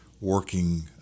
working